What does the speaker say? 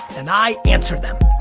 and i answer them.